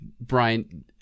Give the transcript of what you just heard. Brian